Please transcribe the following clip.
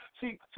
See